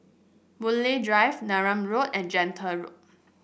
Boon Lay Drive Neram Road and Gentle Road